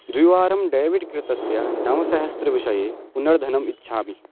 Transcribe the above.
द्विवारं डयबिट् कृतस्य नवसहस्रविषये पुनर्धनम् इच्छामि